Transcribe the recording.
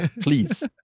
please